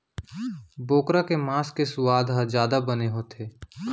बोकरा के मांस के सुवाद ह जादा बने होथे